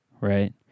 right